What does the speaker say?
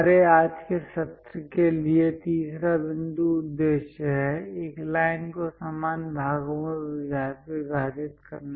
हमारे आज के सत्र के लिए तीसरा बिंदु उद्देश्य है एक लाइन को समान भागों में विभाजित करना